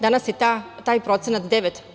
Danas je taj procenat 9%